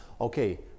Okay